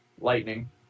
lightning